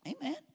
Amen